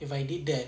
if I did that